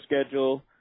schedule